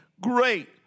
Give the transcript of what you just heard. great